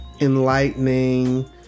enlightening